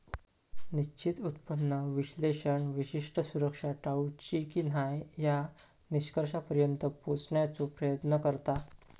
निश्चित उत्पन्न विश्लेषक विशिष्ट सुरक्षा टाळूची की न्हाय या निष्कर्षापर्यंत पोहोचण्याचो प्रयत्न करता